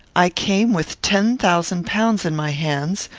i came with ten thousand pounds in my hands,